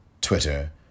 Twitter